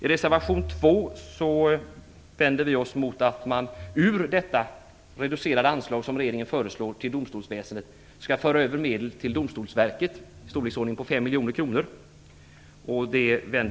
I reservation 2 vänder vi oss mot att man ur detta reducerade anslag till domstolsväsendet som regeringen föreslår skall föra över medel till Domstolsverket i storleksordningen 5 miljoner kronor.